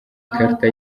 ikarita